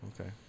okay